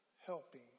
helping